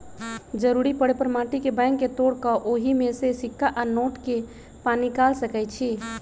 जरूरी परे पर माटी के बैंक के तोड़ कऽ ओहि में से सिक्का आ नोट के पनिकाल सकै छी